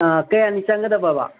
ꯀꯌꯥꯅꯤ ꯆꯪꯒꯗꯕꯕ